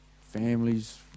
families